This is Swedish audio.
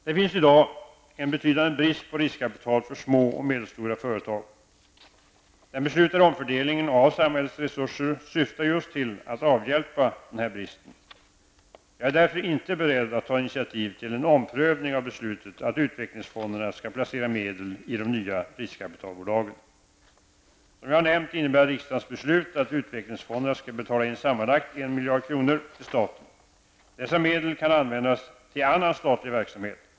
Det finns i dag en betydande brist på riskkapital för små och medelstora företag. Den beslutade omfördelningen av samhällets resurser syftar just till att avhjälpa den här bristen. Jag är därför inte beredd att ta initiativ till en omprövning av beslutet att uvecklingsfonderna skall placera medel i de nya riskkapitalbolagen. Som jag har nämnt innebär riksdagens beslut att utvecklingsfonderna skall betala in sammanlagt 1 miljard kronor till staten. Dessa medel kan användas för annan statlig verksamhet.